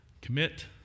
Commit